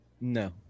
No